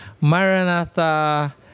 Maranatha